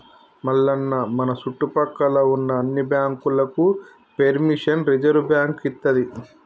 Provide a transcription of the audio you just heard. మల్లన్న మన సుట్టుపక్కల ఉన్న అన్ని బాంకులకు పెర్మిషన్ రిజర్వ్ బాంకు ఇత్తది